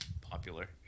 popular